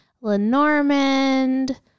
lenormand